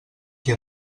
qui